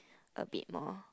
a bit more